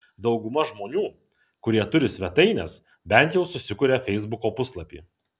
dauguma žmonių kurie turi svetaines bent jau susikuria feisbuko puslapį